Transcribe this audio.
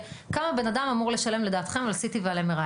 כמה בן אדם אמור לשלם לדעתכם על בדיקת CT ו-MRI?